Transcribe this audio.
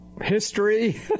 history